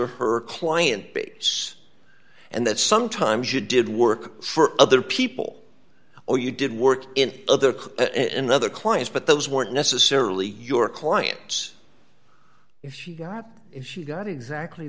or her client base and that sometimes you did work for other people or you did work in other cars in other clients but those weren't necessarily your clients if you got if you got exactly